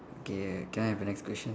okay can I have the next question